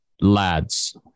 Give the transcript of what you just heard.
lads